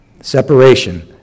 separation